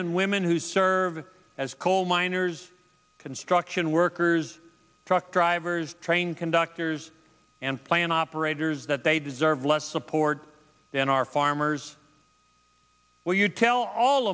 and women who serve as coal miners construction workers truck drivers train conductors and plant operators that they deserve less support than our farmers will you tell all